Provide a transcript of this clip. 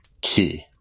Key